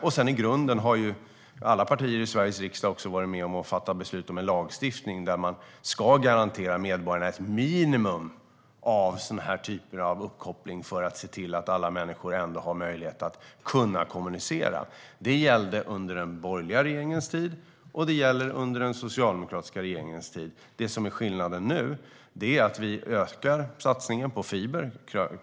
Sedan har i grunden alla partier i Sveriges riksdag varit med om att fatta beslut om en lagstiftning där man ska garantera medborgarna ett minimum när det gäller sådana här typer av uppkoppling - det handlar om att se till att alla människor har möjlighet att kommunicera. Det gällde under den borgerliga regeringens tid, och det gäller under den socialdemokratiska regeringens tid. Det som är skillnaden nu är att vi kraftigt ökar satsningen på fiber.